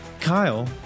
Kyle